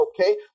okay